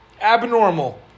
Abnormal